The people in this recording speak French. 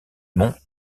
monts